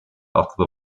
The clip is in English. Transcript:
after